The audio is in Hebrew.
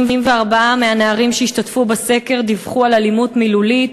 84 מהנערים שהשתתפו בסקר דיווחו על אלימות מילולית,